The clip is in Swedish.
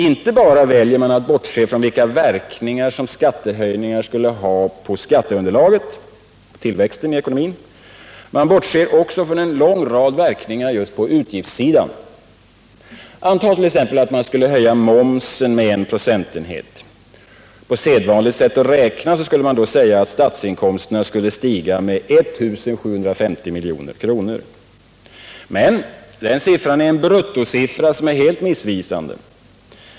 Inte bara väljer man att bortse från verkningarna på skatteunderlaget. Man bortser också från en lång rad verkningar på utgiftssidan. Antag t.ex. att man skulle höja momsen med en procentenhet. På sedvanligt sätt att räkna skulle man då säga att statsinkomsterna skulle stiga med 1750 milj.kr. Men denna siffra är en bruttosiffra som är helt missvisande.